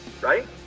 right